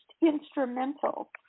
instrumental